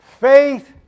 faith